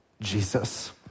Jesus